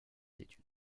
études